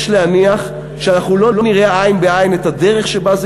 יש להניח שאנחנו לא נראה עין בעין את הדרך שבה זה